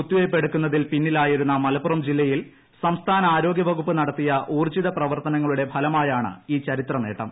കുത്തിവ്രെപ്പ് എടുക്കുന്നതിൽ പിന്നിലായിരുന്ന മലപ്പുറം ജില്ലയിൽ സംസ്ഥിന ആരോഗ്യവകുപ്പ് നടത്തിയ ഊർജ്ജിത പ്രവർത്തനങ്ങളുടെ ഫലമായാണ് ഈ ചരിത്ര നേട്ടം